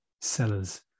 Seller's